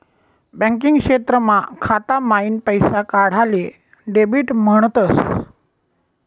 banking क्षेत्रमा खाता माईन पैसा काढाले डेबिट म्हणतस